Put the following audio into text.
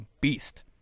beast